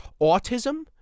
autism